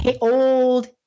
old